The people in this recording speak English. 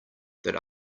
that